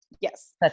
Yes